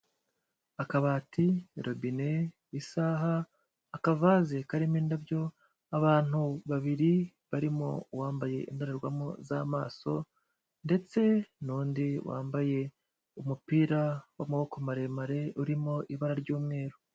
Akabati, robine, isaha, akavaze karimo indabyo, abantu babiri barimo uwambaye indorerwamo z'amaso, ndetse n'undi wambaye umupira w'amaboko maremare urimo ibara ry'umweru.